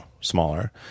smaller